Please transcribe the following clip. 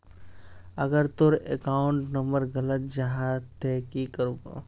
अगर तोर account number गलत जाहा ते की करबो?